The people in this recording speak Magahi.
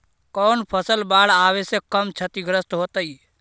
कौन फसल बाढ़ आवे से कम छतिग्रस्त होतइ?